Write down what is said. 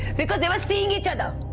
they but they were seeing each and